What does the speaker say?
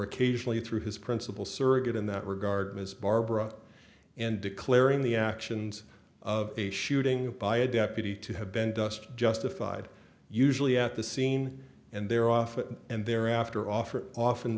occasionally through his principal surrogate in that regard as barbara and declaring the actions of a shooting by a deputy to have been dust justified usually at the scene and there often and thereafter offered often